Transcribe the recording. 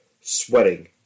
sweating